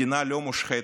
מדינה לא מושחתת.